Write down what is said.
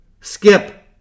skip